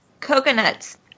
Coconuts